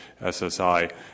SSI